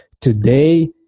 Today